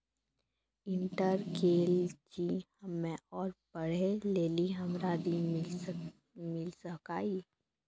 Inter केल छी हम्मे और पढ़े लेली हमरा ऋण मिल सकाई?